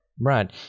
right